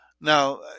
Now